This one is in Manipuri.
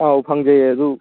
ꯑꯥꯎ ꯐꯪꯖꯩ ꯑꯗꯨ